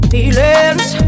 Feelings